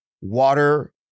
water